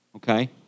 Okay